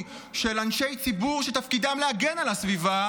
של אנשי ציבור שתפקידם להגן על הסביבה